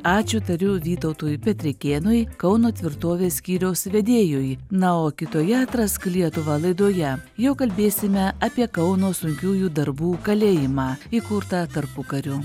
ačiū tariu vytautui petrikėnui kauno tvirtovės skyriaus vedėjui na o kitoje atrask lietuvą laidoje jau kalbėsime apie kauno sunkiųjų darbų kalėjimą įkurtą tarpukariu